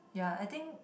ya I think